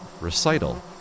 recital